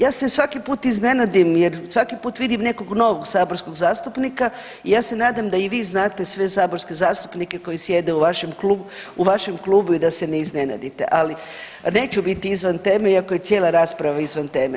Ja se svaki put iznenadim jer svaki put vidim nekog novog saborskog zastupnika i ja se nadam da i vi znate sve saborske zastupnike koji sjede u vašim .../nerazumljivo/... u vašem klubu i da se ne iznenadite, ali neću biti izvan teme, iako je cijela rasprava izvan teme.